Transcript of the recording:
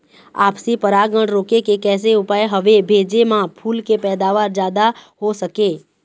आपसी परागण रोके के कैसे उपाय हवे भेजे मा फूल के पैदावार जादा हों सके?